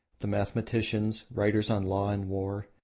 the mathematicians, writers on law and war,